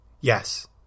Yes